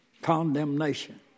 Condemnation